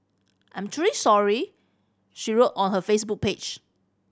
I'm truly sorry she wrote on her Facebook page